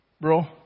Bro